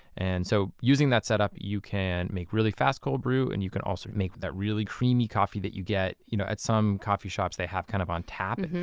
and so, using that setup you can make really fast cold brew and you can also make that really creamy coffee that you get you know at some coffee shops that have kind of on tap.